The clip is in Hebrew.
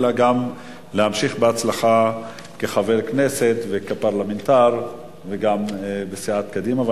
אלא גם להמשיך בהצלחה כחבר כנסת וכפרלמנטר גם בסיעת קדימה.